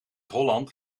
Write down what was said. holland